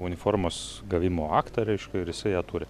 uniformos gavimo aktą reiškia ir jisai ją turi